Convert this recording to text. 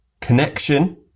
Connection